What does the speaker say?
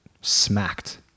smacked